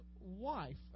wife